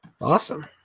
Awesome